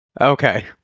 okay